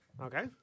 Okay